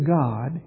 God